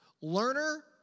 Learner